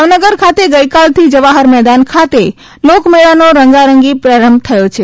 ભાવનગર ખાતે ગઇકાલથી જવાહર મેદાન ખાતે લોકમેળાનો રંગારંગ પ્રારંભ થયો છે